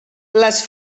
les